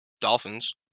Dolphins